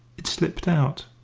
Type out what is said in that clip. it slipped out.